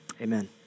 amen